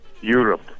Europe